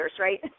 right